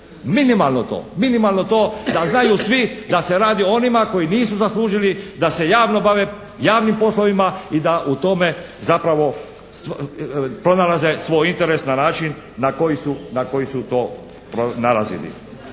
Minimalno to da znaju svi da se radi o onima koji nisu zaslužili da se javno bave javnim poslovima i da u tome zapravo pronalaze svoj interes na način na koji su to nalazili.